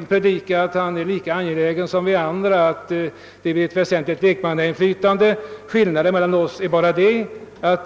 Han predikar att han är lika angelägen som vi andra om ett väsentligt lekmannainflytande, men till skillnad från oss andra